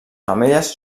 femelles